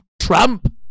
Trump